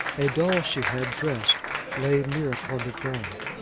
a doll she had dressed lay near upon the ground.